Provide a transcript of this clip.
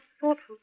thoughtful